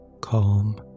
Calm